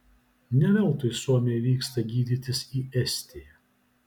ne veltui suomiai vyksta gydytis į estiją